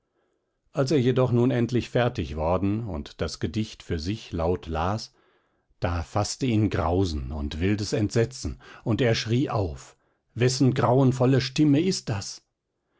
als er jedoch nun endlich fertig worden und das gedicht für sich laut las da faßte ihn grausen und wildes entsetzen und er schrie auf wessen grauenvolle stimme ist das